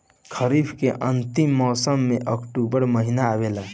खरीफ़ के अंतिम मौसम में अक्टूबर महीना आवेला?